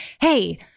Hey